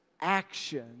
action